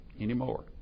anymore